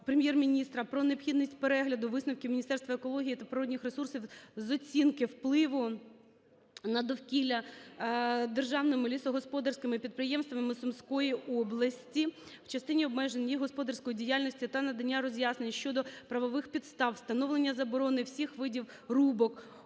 Прем'єр-міністра про необхідність перегляду Висновків Міністерства екології та природних ресурсів з оцінки впливу на довкілля державними лісогосподарськими підприємствами Сумської області, в частині обмежень їх господарської діяльності та надання роз'яснень щодо правових підстав встановлення заборони всіх видів рубок